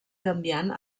canviant